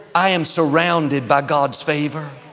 i am surrounded by god's favor.